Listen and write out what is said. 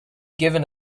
given